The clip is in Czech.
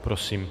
Prosím.